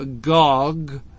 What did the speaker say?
Gog